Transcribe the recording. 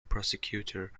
prosecutor